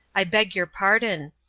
i beg your pardon,